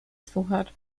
suchar